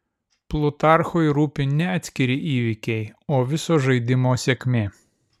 plutarchui rūpi ne atskiri įvykiai o viso žaidimo sėkmė